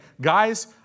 guys